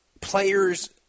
players